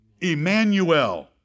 Emmanuel